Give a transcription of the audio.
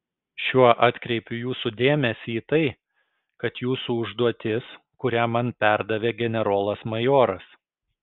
šiuo atkreipiu jūsų dėmesį į tai kad jūsų užduotis kurią man perdavė generolas majoras